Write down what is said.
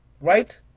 right